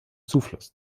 zufluss